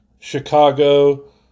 Chicago